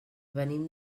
venim